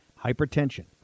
hypertension